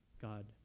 God